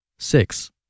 six